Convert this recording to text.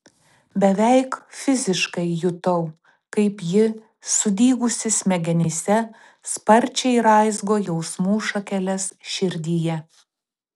beveik fiziškai jutau kaip ji sudygusi smegenyse sparčiai raizgo jausmų šakeles širdyje